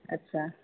আচ্ছা